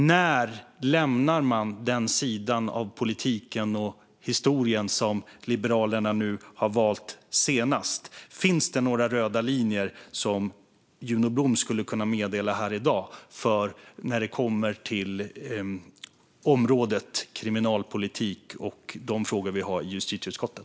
När lämnar man den sidan av politiken och historien som Liberalerna nu senast har valt? Finns det några röda linjer som Juno Blom skulle kunna meddela här i dag när det kommer till området kriminalpolitik och de frågor vi behandlar i justitieutskottet?